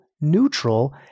neutral